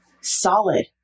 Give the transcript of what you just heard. solid